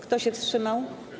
Kto się wstrzymał?